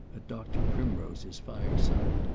dr. primrose's fireside,